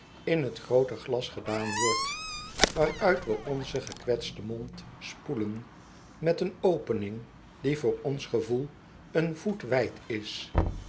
in t groote glas gedaan wordt waaruit wc onzen gekwetsten mond spoelen met een opening die voor ons gevoel een voet wijd is